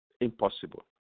impossible